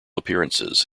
appearances